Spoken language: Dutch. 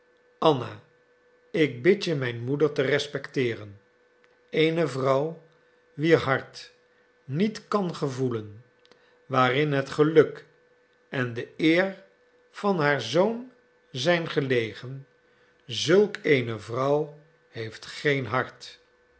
anna ik bid je mijn moeder te respecteeren eene vrouw wier hart niet kan gevoelen waarin het geluk en de eer van haar zoon zijn gelegen zulk eene vrouw heeft geen hart